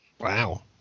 Wow